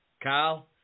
Kyle